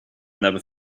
never